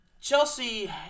Chelsea